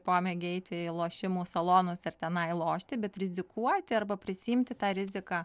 pomėgį eiti į lošimų salonus ir tenai lošti bet rizikuoti arba prisiimti tą riziką